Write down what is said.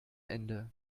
ende